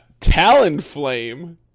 Talonflame